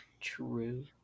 True